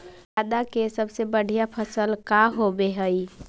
जादा के सबसे बढ़िया फसल का होवे हई?